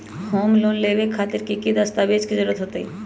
Home loan लेबे खातिर की की दस्तावेज के जरूरत होतई?